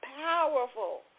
powerful